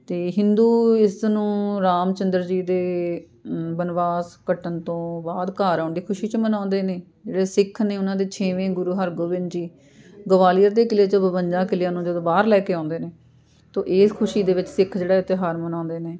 ਅਤੇ ਹਿੰਦੂ ਇਸ ਨੂੰ ਰਾਮ ਚੰਦਰ ਜੀ ਦੇ ਬਨਵਾਸ ਕੱਟਣ ਤੋਂ ਬਾਅਦ ਘਰ ਆਉਣ ਦੀ ਖੁਸ਼ੀ 'ਚ ਮਨਾਉਂਦੇ ਨੇ ਜਿਹੜੇ ਸਿੱਖ ਨੇ ਉਹਨਾਂ ਦੇ ਛੇਵੇਂ ਗੁਰੂ ਹਰਗੋਬਿੰਦ ਜੀ ਗਵਾਲੀਅਰ ਦੇ ਕਿਲ੍ਹੇ ਚੋਂ ਬਵੰਜਾ ਕਿਲ੍ਹਿਆਂ ਨੂੰ ਜਦੋਂ ਬਾਹਰ ਲੈ ਕੇ ਆਉਂਦੇ ਨੇ ਤੋ ਇਸ ਖੁਸ਼ੀ ਦੇ ਵਿੱਚ ਸਿੱਖ ਜਿਹੜਾ ਇਹ ਤਿਉਹਾਰ ਮਨਾਉਂਦੇ ਨੇ